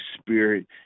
Spirit